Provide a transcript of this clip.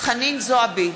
חנין זועבי,